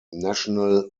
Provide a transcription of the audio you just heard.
national